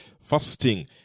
fasting